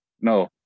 No